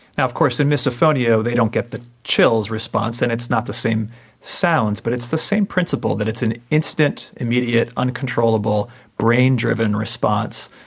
of course in misophonia they don't get the chills response and it's not the same sounds but it's the same principle, that it's an instant, immediate, uncontrollable brain-driven response.